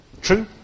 True